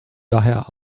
daher